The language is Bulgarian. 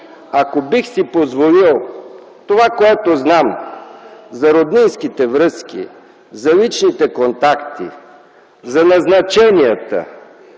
ако бих си позволил това, което знам за роднинските връзки, за личните контакти, за назначенията,